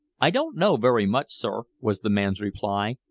i don't know very much, sir, was the man's reply.